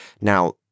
Now